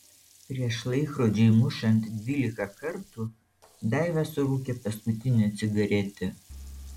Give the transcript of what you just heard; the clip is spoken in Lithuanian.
prieš laikrodžiui mušant dvylika kartų daiva surūkė paskutinę cigaretę